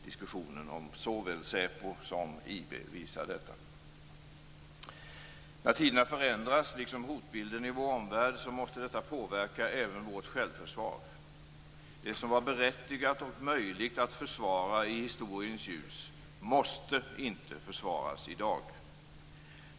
Diskussionen om såväl SÄPO som IB visar detta. När tiderna förändras, liksom hotbilden i vår omvärld, måste detta påverka även vårt självförsvar. Det som var berättigat och möjligt att försvara i historiens ljus måste inte försvaras i dag.